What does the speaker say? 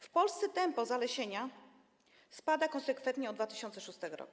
W Polsce tempo zalesienia spada konsekwentnie od 2006 r.